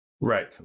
Right